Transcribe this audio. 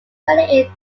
merely